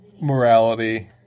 morality